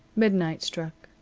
midnight struck.